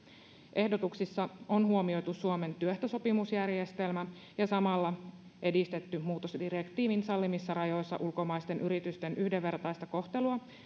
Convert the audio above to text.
ehdotuksissa on huomioitu suomen työehtosopimusjärjestelmä ja samalla edistetty muutosdirektiivin sallimissa rajoissa ulkomaisten yritysten yhdenvertaista kohtelua